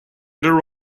their